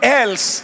else